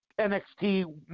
NXT